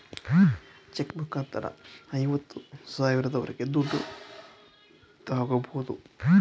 check ಮುಖಾಂತರ ಐವತ್ತು ಸಾವಿರದವರೆಗೆ ದುಡ್ಡು ತಾಗೋಬೋದು